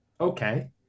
okay